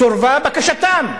סורבה בקשתם.